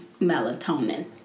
Melatonin